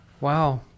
Wow